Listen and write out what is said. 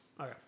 Okay